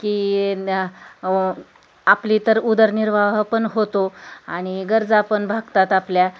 की न आपली तर उदरनिर्वाह पण होतो आणि गरजा पण भागतात आपल्या